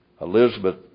Elizabeth